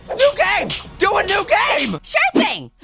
new game! do a new game! sure thing!